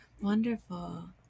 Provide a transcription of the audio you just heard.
Wonderful